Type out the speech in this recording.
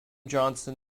johnson